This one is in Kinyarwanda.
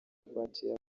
kumwakira